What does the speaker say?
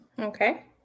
Okay